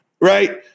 right